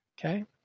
Okay